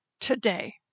today